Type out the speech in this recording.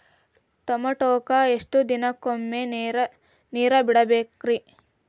ಟಮೋಟಾಕ ಎಷ್ಟು ದಿನಕ್ಕೊಮ್ಮೆ ನೇರ ಬಿಡಬೇಕ್ರೇ?